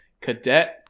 Cadet